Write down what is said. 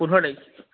পোন্ধৰ তাৰিখ